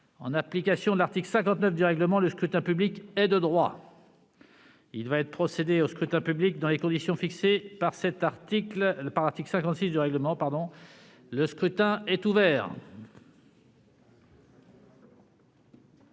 En application de l'article 59 du règlement, le scrutin public est de droit. Il va être procédé au scrutin public dans les conditions fixées par l'article 56 du règlement. Le scrutin est ouvert.